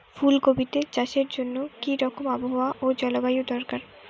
ফুল কপিতে চাষের জন্য কি রকম আবহাওয়া ও জলবায়ু দরকার?